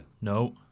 No